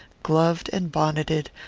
gloved and bonneted,